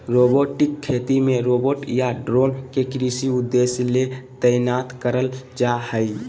robotic खेती मे robot या ड्रोन के कृषि उद्देश्य ले तैनात करल जा हई